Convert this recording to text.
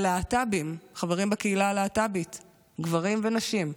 אלה להט"בים, חברים בקהילה הלהט"בית, גברים ונשים,